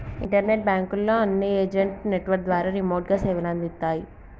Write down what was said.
internet బాంకుల అన్ని agent network ద్వారా రిమోట్ గా సేవలందిత్తాయి